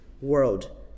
world